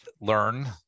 learn